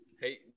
Hey